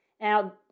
Now